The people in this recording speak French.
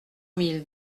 mille